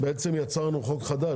בעצם יצרנו חוק חדש,